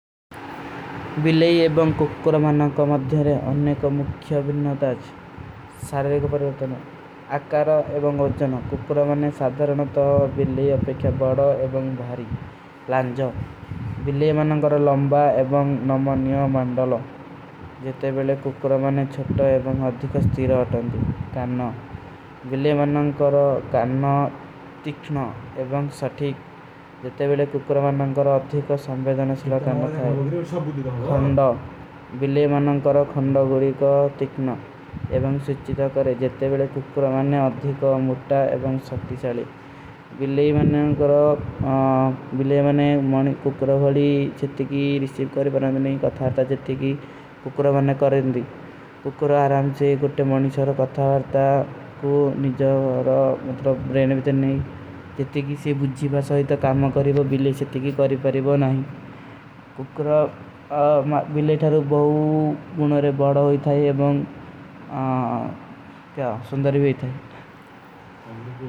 ବିଲେଈ ଏବଂଗ କୁକ୍କୁର ମନନ କା ମଦ୍ଧେରେ ଅନ୍ନେ କୋ ମୁଖ୍ଯ ବିନ୍ଦାତା ହୈ। ସାରେ କୋ ପରିଵତନା। ଅକାରୋ ଏବଂଗ ଓଜନୋ। କୁକ୍କୁର ମନନେ ସାଧରନୋ ତୋ ବିଲେଈ ଅପେକ୍ଯା ବଡୋ ଏବଂଗ ଭାରୀ। ଲାଂଜୋ ବିଲେଈ ମନନ କରୋ ଲଂବା ଏବଂଗ ନମନ୍ଯୋ ମଂଦଲୋ। ଜେତେ ବେଲେ କୁକ୍କୁର ମନନେ ଛଟୋ ଏବଂଗ ଅଧିକୋ ସ୍ଥୀରୋ ହୋତା ହୈ। କାନ୍ଣା। ବିଲେଈ ମନନ କରୋ କାନ୍ଣା ତିଖନା ଏବଂଗ ସଥିକ। ଜେତେ ବେଲେ କୁକ୍କୁର ମନନ କରୋ ଅଧିକୋ ସମ୍ବେଧନ ସିଲକାନ ଖାଈ। ଖଂଡା। ବିଲେଈ ମନନ କରୋ ଖଂଡା ଗୋଡୀ କା ତିଖନା ଏବଂଗ ସୁଚ୍ଚିତା କରେ। ଜେତେ ବେଲେ କୁକ୍କୁର ମନନେ ଅଧିକୋ ମୁଟ୍ଟା ଏବଂଗ ସକ୍ତି ସଲେ। ବିଲେଈ ମନନ କରୋ ବିଲେଈ ମନନେ କୁକ୍କୁର ହୋଡୀ ଚେତିକୀ ରିସ୍ଟିପ କରୀ ବନା ଭୀ ନହୀଂ। କୁକ୍କୁର ଆରାମ୍ଚେ ଗୋଡେ ମନିଷ୍ଯୋର ପତ୍ଥା ହରତା କୁ ନିଜଵ ଔର ମତ୍ର ବ୍ରେହନେ ଭୀ ଥେ ନହୀଂ। ଚେତିକୀ ସେ ବୁଝ୍ଜୀ ଭାସ ହୈ ତୋ କାମ କରୀବା ବିଲେଈ ସେ ଚେତିକୀ କରୀ ବାରୀବା ନହୀଂ। କୁକ୍କୁର ବିଲେଈ ମନନେ କୁ ନିଜଵ ଆରାମ୍ଚେ ଗୋଡେ ମନିଷ୍ଯୋର ପତ୍ଥା ହରତା କୁ ନିଜଵ ଔର ମତ୍ର ବ୍ରେହନେ ଭୀ ଥେ ନହୀଂ।